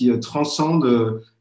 transcende